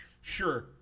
Sure